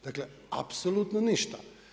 Dakle, apsolutno ništa.